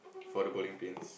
for the bowling pins